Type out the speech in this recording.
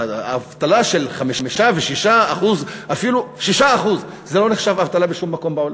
אבטלה של 5% או 6% זה לא נחשב אבטלה בשום מקום בעולם,